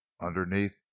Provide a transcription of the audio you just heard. Underneath